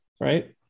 right